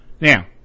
Now